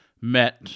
met